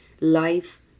life